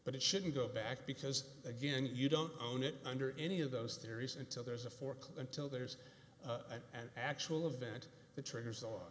but it shouldn't go back because again you don't own it under any of those theories until there's a fork until there's an actual event that triggers o